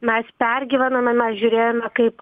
mes pergyvenome mes žiūrėjome kaip